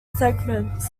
segments